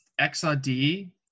XRD